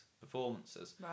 performances